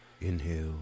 inhale